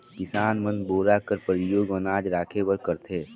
किसान मन बोरा कर परियोग अनाज राखे बर करथे